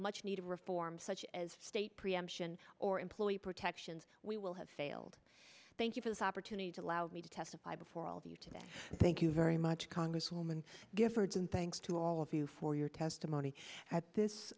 much needed reform such as state preemption or employee protections we will have failed thank you for this opportunity to allow me to testify before all of you today thank you very much congresswoman giffords and thanks to all of you for your testimony at this